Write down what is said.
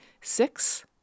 six